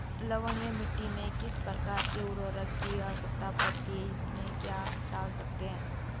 लवणीय मिट्टी में किस प्रकार के उर्वरक की आवश्यकता पड़ती है इसमें क्या डाल सकते हैं?